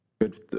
Good